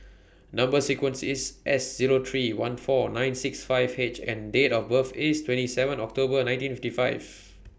Number sequence IS S Zero three one four nine six five H and Date of birth IS twenty seven October nineteen fifty five